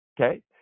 okay